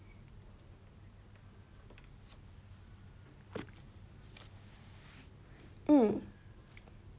mm